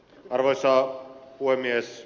arvoisa puhemies